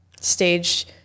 stage